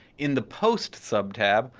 in the post subtab,